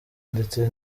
ndetse